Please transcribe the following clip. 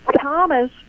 Thomas